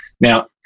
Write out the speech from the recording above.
Now